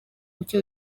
buke